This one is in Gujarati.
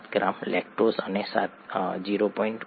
7 ગ્રામ લેક્ટોઝ અને 0